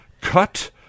cut